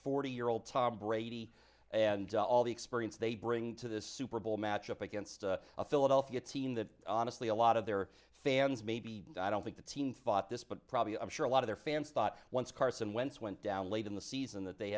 year old tom brady and all the experience they bring to this super bowl matchup against a philadelphia team that honestly a lot of their fans maybe i don't think the team thought this but probably i'm sure a lot of their fans thought once carson whence went down late in the season that they